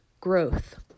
growth